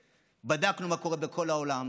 בדקנו מה קורה בכל העולם